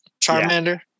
Charmander